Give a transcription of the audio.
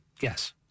Yes